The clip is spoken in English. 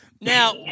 Now